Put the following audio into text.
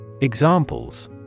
Examples